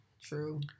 True